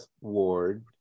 ward